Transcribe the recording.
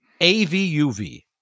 AVUV